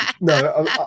No